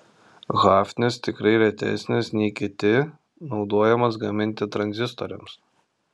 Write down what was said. hafnis tikrai retesnis nei kiti naudojamas gaminti tranzistoriams